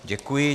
Děkuji.